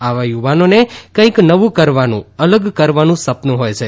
આવા યુવાનોને કંઇક નવું કરવાનું અલગ કરવાનું સપનું હોય છે